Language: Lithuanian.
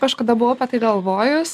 kažkada buvau apie tai galvojus